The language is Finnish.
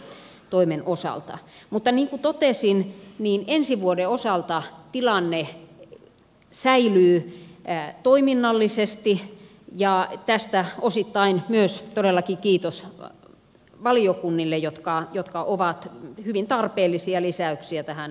mutta niin kuin totesin niin ensi vuoden osalta tilanne säilyy toiminnallisesti ja tästä osittain myös todellakin kiitos valiokunnille jotka ovat hyvin tarpeellisia lisäyksiä tähän budjettiin tehneet